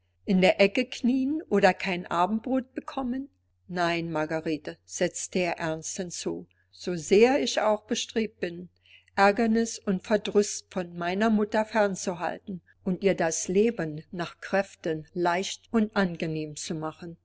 in der ecke knieen oder kein abendbrot bekommen nein margarete setzte er ernst hinzu so sehr ich auch bestrebt bin aergernis und verdruß von meiner mutter fern zu halten und ihr das leben nach kräften leicht und angenehm zu machen